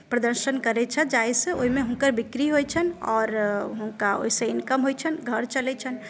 प्रदर्शन करैत छथि जाहिसँ ओहिमे हुनकर बिक्री होइत छनि आओर हुनका ओहिसँ इनकम होइत छनि घर चलैत छनि